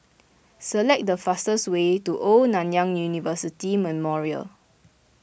select the fastest way to Old Nanyang University Memorial